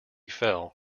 fell